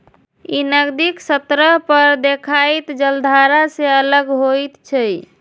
ई नदीक सतह पर देखाइत जलधारा सं अलग होइत छै